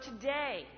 today